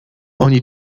oni